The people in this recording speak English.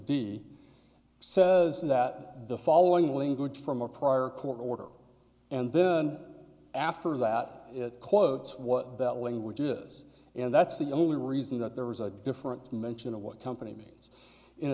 de says that the following link which from a prior court order and then after that it quotes what that language is and that's the only reason that there was a different mention of what company